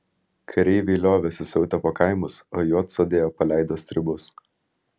kareiviai liovėsi siautę po kaimus o juodsodėje paleido stribus